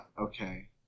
Okay